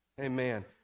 Amen